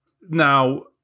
now